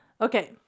Okay